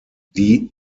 die